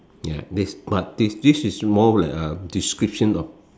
ya next but this this is more like a description of